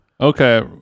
okay